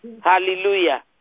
Hallelujah